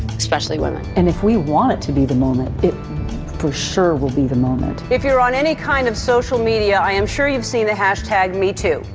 especially women. and if we want it to be the moment, it for sure will be the moment. if you're on any kind of social media i am sure you've seen the hashtag me too,